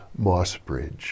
Mossbridge